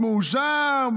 מאושר,